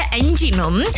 engine